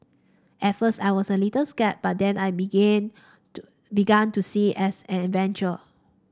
at first I was a little scared but then I begin to began to see it as an adventure